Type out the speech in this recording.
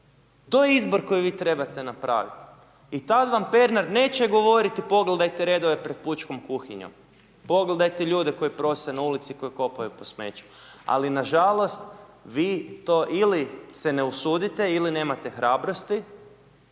To je izbor koji vi trebate napraviti i tad vam Pernar neće govoriti pogledajte redove pred pučkom kuhinjom, pogledajte ljude koji prose na ulici, koji kopaju po smeću, ali na žalost vi to ili se ne usudite ili nemate hrabrosti